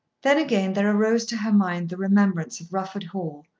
then again there arose to her mind the remembrance of rufford hall,